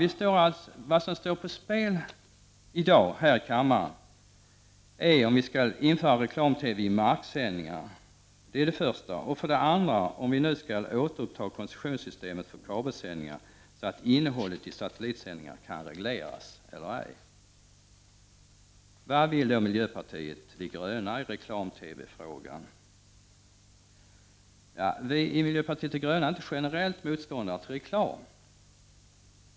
Vad som alltså står på spel i dag här i kammaren är för det första om vi skall införa reklam-TV i marksändningar och för det andra om vi nu skall återupprätta koncessionssystemet för kabelsändningar, så att innehållet i satellitsändningar kan regleras, eller ej. Vad vill då miljöpartiet de gröna i reklam-TV-frågan? Vi i miljöpartiet de gröna är inte generellt motståndare till reklam.